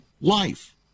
life